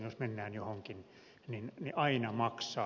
jos mennään johonkin niin aina maksaa